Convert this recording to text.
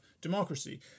democracy